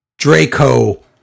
Draco